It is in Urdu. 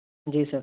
جی سر